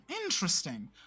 Interesting